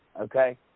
okay